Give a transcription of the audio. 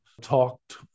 talked